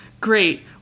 great